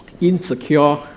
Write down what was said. insecure